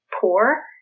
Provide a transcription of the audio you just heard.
poor